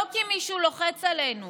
לא כי מישהו לוחץ עלינו